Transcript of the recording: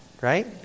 Right